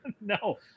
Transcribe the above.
No